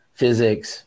physics